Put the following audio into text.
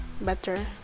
better